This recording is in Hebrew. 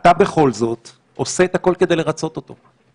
אתה בכל זאת עושה את הכל כדי לרצות אותו.